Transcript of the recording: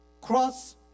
Cross